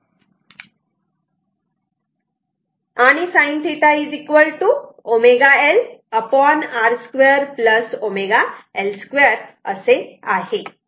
आणि sin θ ω L √ R 2 ω L 2 असे आहे